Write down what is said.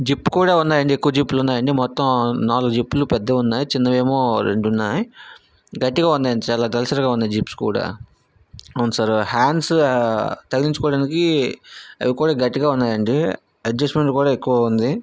zip కూడా ఉన్నాయండి ఎక్కువ జీపులు ఉన్నాయి అండి మొత్తం నాలుగు జీపులు పెద్దవి ఉన్నాయి చిన్నవి ఏమో రెండు ఉన్నాయి గట్టిగా ఉంది చాలా దళసరిగా ఉన్నాయి జిప్స్ కూడా అవును సార్ హాండ్స్ తగిలించుకోవడానికి అవి కూడా గట్టిగా ఉన్నాయండి అడ్జస్ట్మెంట్ కూడా ఎక్కువగా ఉంది